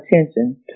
attention